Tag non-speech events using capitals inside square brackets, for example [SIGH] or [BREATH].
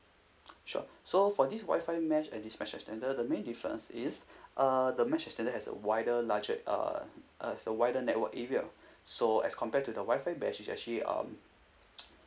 sure so for this WI-FI mesh and this mesh extender the main difference is [BREATH] uh the mesh extender has a wider larger uh uh is a wider network area [BREATH] so as compared to the WI-FI mesh it's actually um [NOISE]